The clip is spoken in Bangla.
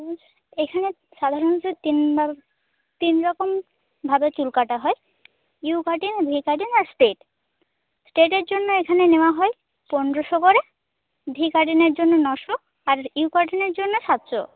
এখানে সাধারাণত তিন রকম তিন রকমভাবে চুল কাটা হয় ইউ কাটিং ভি কাটিং আর স্ট্রেট স্ট্রেটের জন্য এখানে নেওয়া হয় পনেরোশো করে ভি কাটিংয়ের জন্য নশো আর ইউ কাটিংয়র জন্য সাতশো